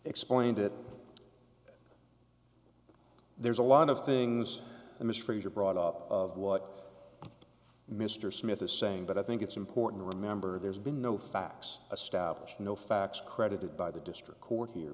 explained it there's a lot of things the mysteries are brought up of what mr smith is saying but i think it's important to remember there's been no facts a stopwatch no facts credited by the district court here